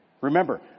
Remember